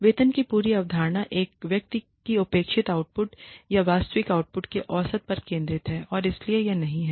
वेतन की पूरी अवधारणा एक व्यक्ति की अपेक्षित आउटपुट या वास्तविक आउटपुट के औसत पर केंद्रित है और इसलिए यह नहीं है